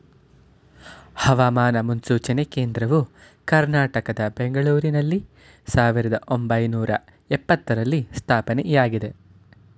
ಹವಾಮಾನ ಮುನ್ಸೂಚನೆ ಕೇಂದ್ರವು ಕರ್ನಾಟಕದ ಬೆಂಗಳೂರಿನಲ್ಲಿ ಸಾವಿರದ ಒಂಬೈನೂರ ಎಪತ್ತರರಲ್ಲಿ ಸ್ಥಾಪನೆಯಾಗಿದೆ